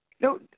No